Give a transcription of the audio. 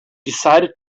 decided